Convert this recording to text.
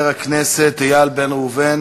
להעביר את הנושא לדיון בוועדת החינוך.